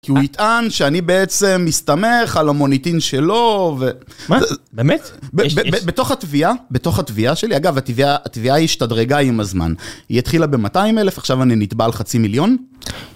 כי הוא יטען שאני בעצם מסתמך על המוניטין שלו, ו... מה? באמת? בתוך התביעה, בתוך התביעה שלי. אגב, התביעה השתדרגה עם הזמן. היא התחילה ב-200 אלף, עכשיו אני נתבע על חצי מיליון.